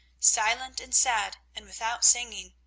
silent and sad and without singing.